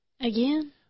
again